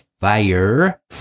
fire